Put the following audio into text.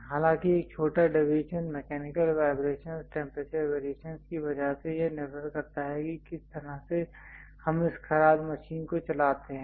हालांकि एक छोटा deviation mechanical vibrations temperature variations की वजह से यह निर्भर करता है कि किस तरह से हम इस खराद मशीन को चलाते हैं